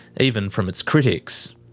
even from its critics.